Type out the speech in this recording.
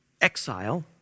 exile